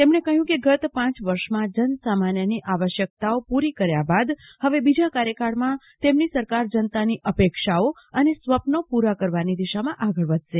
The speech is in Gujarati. તેમને કહ્યું કે ગત પાંચ વર્ષમાં જનસામાન્યની આવશ્યકતાઓ પૂરી કર્યા બાદ હવે બીજા કાર્યકાળમાં તેમની સરકાર જનતાની અપેક્ષાઓ અને સ્વપ્નો પુરા કરવાની દિશામાં આગળ વધશે